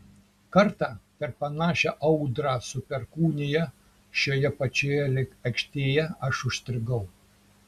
kartą per panašią audrą su perkūnija šioje pačioje aikštėje aš užstrigau